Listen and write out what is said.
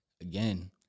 again